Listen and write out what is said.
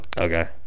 Okay